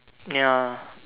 ya